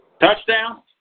Touchdown